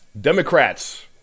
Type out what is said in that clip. Democrats